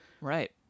right